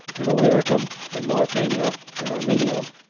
in llyricum, in mauritania, in armenia,